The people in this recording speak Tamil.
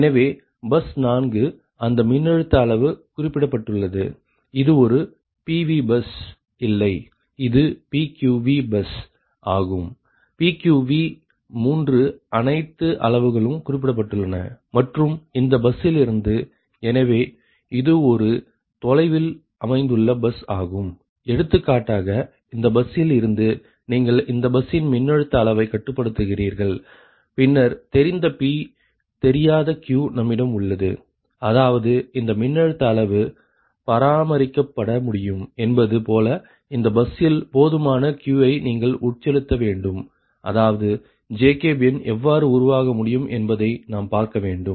எனவே பஸ் 4 அந்த மின்னழுத்த அளவு குறிப்பிடப்பட்டுள்ளது இது ஒரு PVபஸ் இல்லை இது PQV பஸ் ஆகும் PQV 3 அனைத்து அளவுகளும் குறிப்பிடப்பட்டுள்ளன மற்றும் இந்த பஸ்ஸிலிருந்து எனவே இது ஒரு தொலைவில் அமைந்துள்ள பஸ் ஆகும் எடுத்துக்காட்டாக இந்த பஸ்ஸில் இருந்து நீங்கள் இந்த பஸ்ஸின் மின்னழுத்த அளவை கட்டுப்படுத்துகிறீர்கள் பின்னர் தெரிந்த Pதெரியாத Q நம்மிடம் உள்ளது அதாவது இந்த மின்னழுத்த அளவு பராமரிக்கப்பட முடியும் என்பது போல இந்த பஸ்ஸில் போதுமான Q ஐ நீங்கள் உட்செலுத்த வேண்டும் அதாவது ஜேகோபியன் எவ்வாறு உருவாக முடியும் என்பதை நாம் பார்க்க வேண்டும்